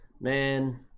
man